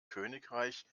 königreich